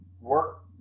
work